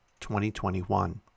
2021